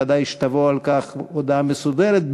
ודאי שתבוא על כך הודעה מסודרת,